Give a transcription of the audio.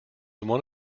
one